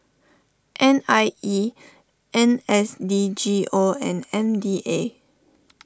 N I E N S D G O and M D A